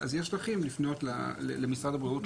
אז יש דרכים לפנות למשרד הבריאות,